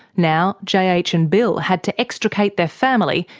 now jh ah ah jh and bill had to extricate their family,